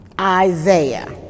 Isaiah